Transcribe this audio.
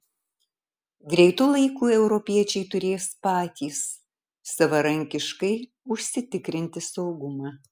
greitu laiku europiečiai turės patys savarankiškai užsitikrinti saugumą